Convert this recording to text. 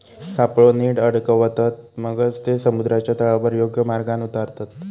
सापळो नीट अडकवतत, मगच ते समुद्राच्या तळावर योग्य मार्गान उतारतत